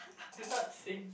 do not sing